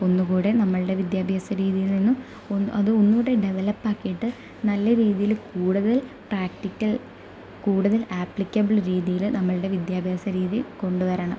ഒന്ന് കൂടെ നമ്മുടെ വിദ്യാഭ്യാസ രീതിയിൽ നിന്നും ഒ അത് ഒന്നുകൂടെ ഡെവലപ്പ് ആക്കിയിട്ട് നല്ല രീതിയിൽ കൂടതൽ പ്രാക്റ്റിക്കൽ കൂടുതൽ ആപ്ലിക്കബിൾ രീതിയിൽ നമ്മുടെ വിദ്യാഭ്യാസ രീതി കൊണ്ട് വരണം